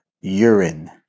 urine